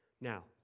Now